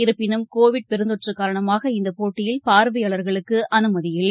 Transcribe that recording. இருப்பினும் கோவிட் பெருந்தொற்றுகாரணமாக இந்தபோட்டியில் பார்வையாளர்களுக்குஅனுமதி இல்லை